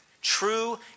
True